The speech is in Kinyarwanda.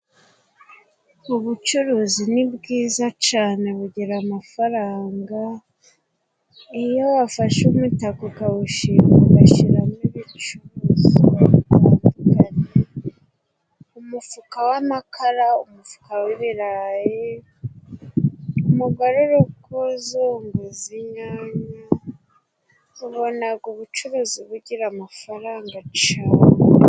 Ubucuruzi ni bwiza cane bugira amafaranga. Iyo wafashe umutaka ukawushinga, ugashiramo ibicuruzwa bitandukanye, umufuka w'amakara, umufuka w'ibirayi, umugore uri kuzunguza inyanya, ubonaga ubucuruzi bugira amafaranga cane.